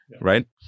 right